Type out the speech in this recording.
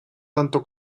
tanto